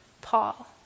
Paul